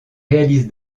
réalise